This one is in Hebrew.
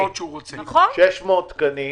600 תקנים